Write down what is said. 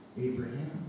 Abraham